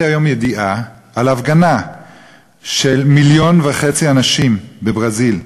ראיתי היום ידיעה על הפגנה של מיליון וחצי אנשים בברזיל,